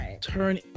turn